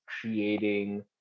creating